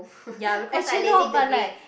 ya actually not but like